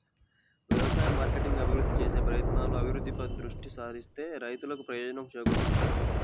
వ్యవసాయ మార్కెటింగ్ అభివృద్ధి చేసే ప్రయత్నాలు, అభివృద్ధిపై దృష్టి సారిస్తే రైతులకు ప్రయోజనం చేకూరుతుంది